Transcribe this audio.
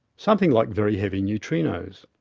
something like very heavy neutrinos.